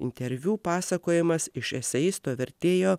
interviu pasakojimas iš eseisto vertėjo